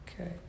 Okay